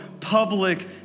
public